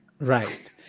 Right